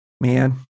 man